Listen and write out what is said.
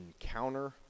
encounter